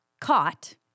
caught